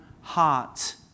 heart